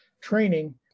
training